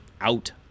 out